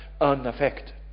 unaffected